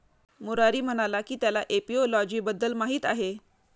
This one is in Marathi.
मुरारी म्हणाला की त्याला एपिओलॉजी बद्दल माहीत आहे